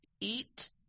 Eat